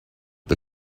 the